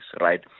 right